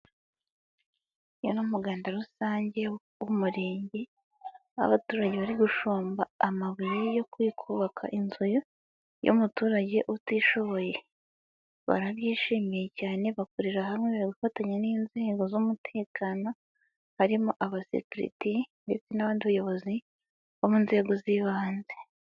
Uyu ni umuganda rusange w'umurenge; abaturage bari gushomba amabuye yo kubaka inzu y'umuturage utishoboye, barabyishimiye cyane bakorera hamwe gufatanya n'inzego z'umutekano, harimo abasekirite n'abanyobozi bo mu nzego z'ibanze.